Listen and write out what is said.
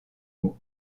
mot